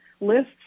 lists